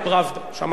אדוני,